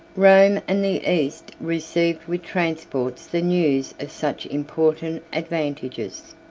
rome and the east received with transports the news of such important advantages.